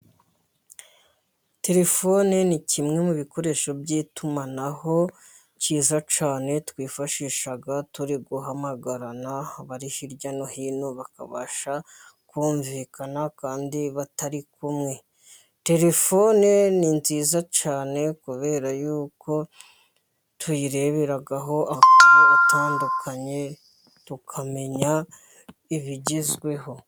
terefoni ni kimwe mu bikoresho by'itumanaho kiza cyane, twifashisha turi guhamagara n'abari hirya no hino bakabasha kumvikana kandi batari kumwe terefone ni nziza cyane kubera yuko tuyireberaho amakuru atandukanye, tukamenya ibigezweho.